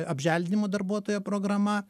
apželdinimo darbuotojo programa